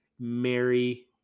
mary